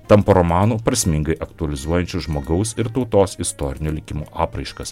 tampa romanu prasmingai aktualizuojančiu žmogaus ir tautos istorinio likimo apraiškas